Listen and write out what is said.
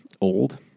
old